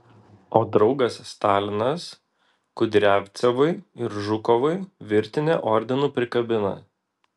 o draugas stalinas kudriavcevui ir žukovui virtinę ordinų prikabina